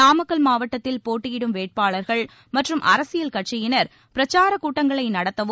நாமக்கல் மாவட்டத்தில் போட்டியிடும் வேட்பாளர்கள் மற்றும் அரசியல் கட்சியினர் பிரச்சாரக் கூட்டங்களை நடத்தவும்